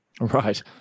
Right